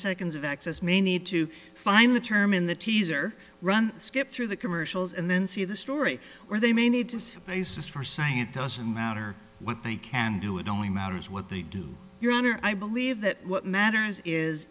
seconds of access may need to find the term in the teaser run skip through the commercials and then see the story or they may need to see basis for saying it doesn't matter what they can do it only matters what they do your honor i believe that what matters is